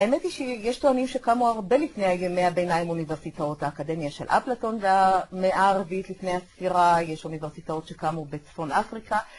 האמת היא שיש טוענים שקמו הרבה לפני הימי הביניים אוניברסיטאות: האקדמיה של אפלטון והמאה הרביעית לפני הספירה יש אוניברסיטאות שקמו בצפון אפריקה.